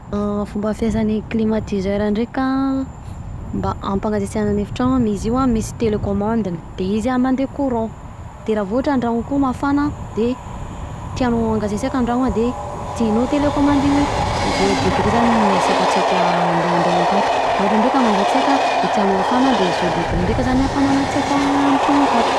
Fomba fiasan'ny climatiseur ndreka an mba hampangasisiahana ny efitragno an io an misy télékomandiny de izy an mandeha courant, de raha voa ohatra andragno akao mafana, de tianao hangasiasiaka antragno an, de kitihinao telekomande de: zao degre zany ny hasiaka tiako ande antragno akato na ohatra ndreka mangatsiaka de tianao hafafana de zao degre ndreka ny hafanana tiako amin'ny tragno akato.